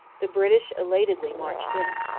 the british elatedly marched in.